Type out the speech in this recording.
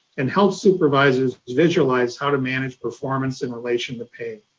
and helps supervisors visualize how to manage performance in relation to pay.